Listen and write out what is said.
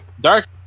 Dark